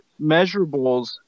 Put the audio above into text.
measurables